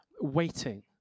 waiting